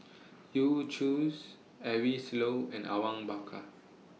Yu Zhuye Eric Low and Awang Bakar